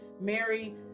mary